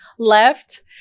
left